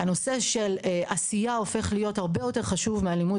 הנושא של עשייה הופך להיות הרבה יותר חשוב מהלימוד